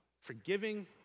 Forgiving